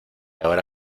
ahora